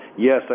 Yes